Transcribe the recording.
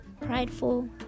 prideful